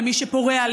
למי שפורע,